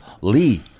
Lee